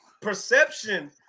Perception